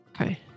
Okay